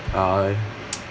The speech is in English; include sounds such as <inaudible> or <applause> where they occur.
uh <noise>